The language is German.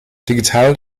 digital